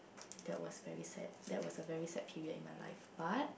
that was very sad that was a very sad period in my life but